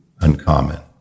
uncommon